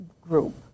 group